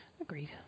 agreed